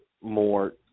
more